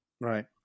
Right